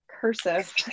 cursive